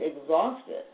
exhausted